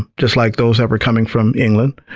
just like those that were coming from england,